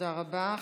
תודה רבה.